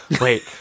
wait